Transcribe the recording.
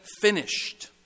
finished